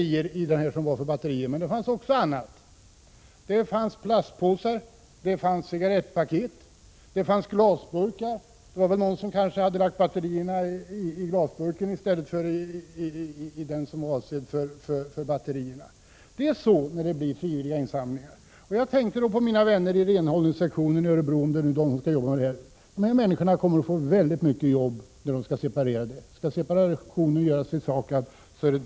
I burken avsedd för batterier fanns en hel del batterier, men det fanns också plastpåsar, cigarettpaket och glasburkar med batterier. Jag tänkte på vilket jobb mina vänner i renhållningssektionen i Örebro skulle få när det gällde att separera innehållet i burkarna.